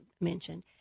mentioned